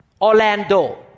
Orlando